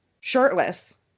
shirtless